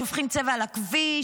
שופכים צבע על הכביש,